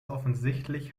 offensichtlich